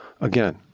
Again